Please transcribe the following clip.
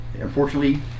unfortunately